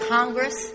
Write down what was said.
Congress